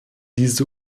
diese